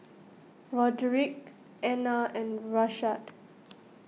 Roderic Ena and Rashaad